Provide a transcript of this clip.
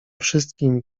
wszystkim